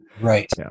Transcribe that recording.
right